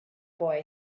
boy